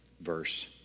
verse